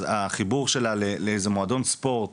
אז החיבור שלו או שלה לאיזה מועדון ספורט